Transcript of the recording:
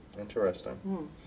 Interesting